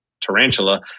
tarantula